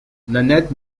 nanette